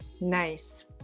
nice